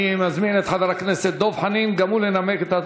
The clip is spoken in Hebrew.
אני מזמין את חבר הכנסת דב חנין לנמק גם הוא